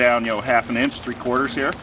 down you know half an inch three quarters here